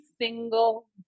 single